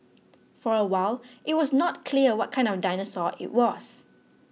for a while it was not clear what kind of dinosaur it was